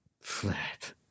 Flat